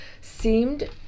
seemed